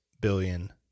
billion